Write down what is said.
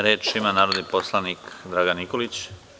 Reč ima narodni poslanik Dragan Nikolić.